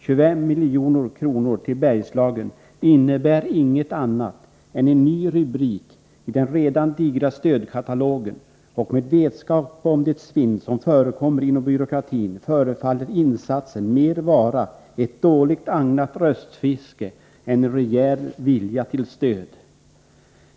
25 milj.kr. till Bergslagen innebär inget annat än en ny rubrik i den redan digra stödkatalogen, och med vetskap om det svinn som förekommer inom byråkratin förefaller insatsen mer vara ett dåligt agnat röstfiske än en rejäl vilja till stöd.